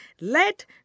Let